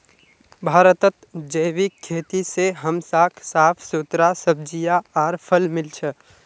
भारतत जैविक खेती से हमसाक साफ सुथरा सब्जियां आर फल मिल छ